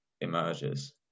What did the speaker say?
emerges